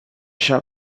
shop